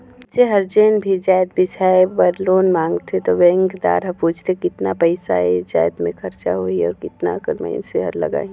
मइनसे हर जेन भी जाएत बिसाए बर लोन मांगथे त बेंकदार हर पूछथे केतना पइसा ए जाएत में खरचा होही अउ केतना अकन मइनसे हर लगाही